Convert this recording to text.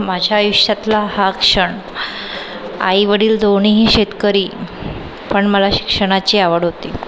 माझ्या आयुष्यातला हा क्षण आई वडील दोन्हीही शेतकरी पण मला शिक्षणाची आवड होती